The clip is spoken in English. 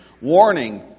Warning